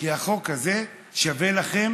כי החוק הזה שווה לכם